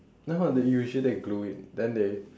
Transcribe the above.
no no they usually glue it then they